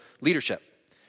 leadership